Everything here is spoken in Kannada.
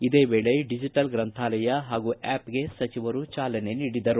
ಇದೇ ವೇಳೆ ಡಿಜೆಟಲ್ ಗ್ರಂಥಾಲಯ ಹಾಗೂ ಆ್ಲಪ್ಗೆ ಸಚಿವರು ಚಾಲನೆ ನೀಡಿದರು